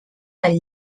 pal